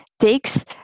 takes